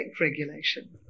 regulation